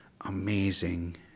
amazing